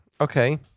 Okay